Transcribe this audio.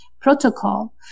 protocol